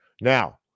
Now